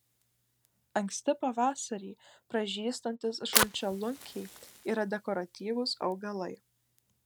anksti pavasarį pražystantys žalčialunkiai yra dekoratyvūs augalai